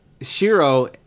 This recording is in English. Shiro